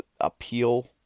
appeal